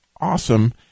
awesome